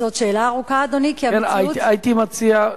הייתי מציע,